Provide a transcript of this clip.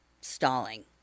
stalling